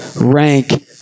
rank